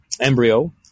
embryo